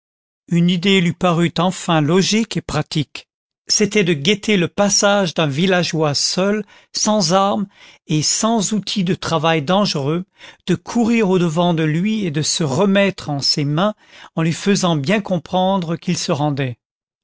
une idée lui parut enfin logique et pratique c'était de guetter le passage d'un villageois seul sans armes et sans outils de travail dangereux de courir au-devant de lui et de se remettre en ses mains en lui faisant bien comprendre qu'il se rendait